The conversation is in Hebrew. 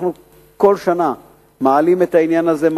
כל שנה אנחנו מעלים את העניין הזה,